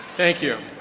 thank you.